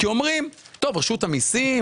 כי אומרים שרשות המיסים,